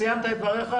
סיימת את דבריך?